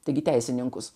taigi teisininkus